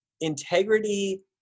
integrity